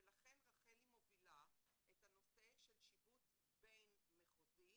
ולכן רחלי מובילה את הנושא של שיבוץ בין-מחוזי